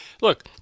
look